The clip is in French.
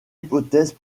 hypothèse